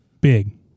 big